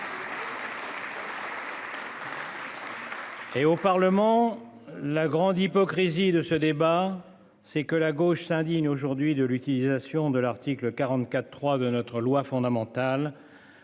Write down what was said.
Et au Parlement, la grande hypocrisie de ce débat, c'est que la gauche s'indigne aujourd'hui de l'utilisation de l'article 44 3 de notre loi fondamentale.